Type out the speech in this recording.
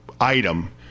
item